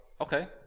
Okay